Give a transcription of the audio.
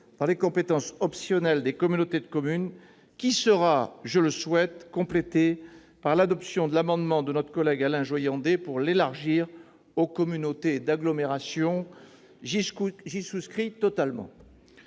dans les compétences optionnelles des communautés de communes, qui sera, je le souhaite, complétée par l'adoption de l'amendement de notre collègue Alain Joyandet tendant à élargir ce texte aux communautés d'agglomération ; j'y souscris totalement.